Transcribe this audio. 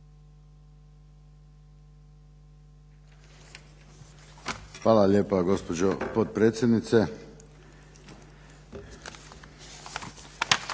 Hvala lijepa gospodine potpredsjedniče.